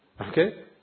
Okay